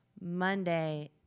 Monday